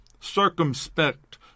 circumspect